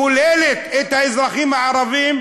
את כוללת את האזרחים הערבים,